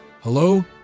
Hello